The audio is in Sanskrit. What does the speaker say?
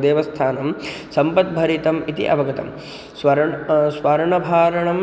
देवस्थानं सम्पद्भरितम् इति अवगतं स्वर्णः स्वर्णाभरणम्